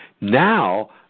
Now